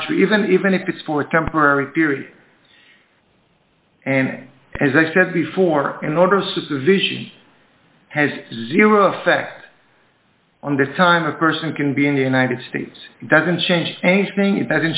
country even even if it's for a temporary theory and as i said before in order supervision has zero effect on the time a person can be in the united states doesn't change a thing